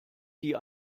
die